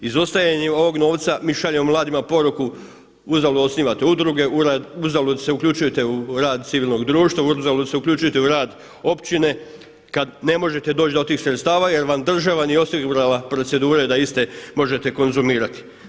Izostajanje ovog novca mi šaljemo mladima poruku uzalud osnivate udruge, uzalud se uključujete u rad civilnog društva, uzalud se uključujete u rad općine kad ne možete doći do tih sredstava, jer vam država nije osigurala procedure da iste možete konzumirati.